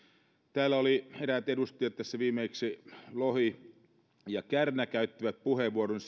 täällä eräät edustajat viimeksi lohi ja kärnä käyttivät puheenvuoron siitä